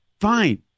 Fine